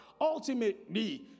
ultimately